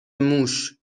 موش